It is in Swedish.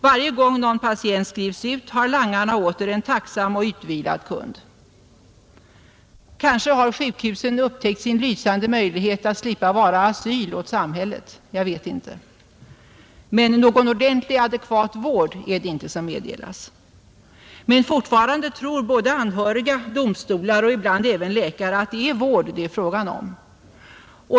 Varje gång någon patient skrivs ut har langarna åter en tacksam och utvilad kund. Kanske har sjukhusen upptäckt sin lysande möjlighet att slippa vara asyl åt samhället. Någon adekvat vård är det inte som meddelas. Fortfarande tror emellertid både anhöriga, domstolar och ibland även läkare att det är vård det är fråga om.